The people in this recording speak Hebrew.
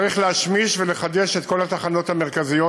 צריך להשמיש ולחדש את כל התחנות המרכזיות,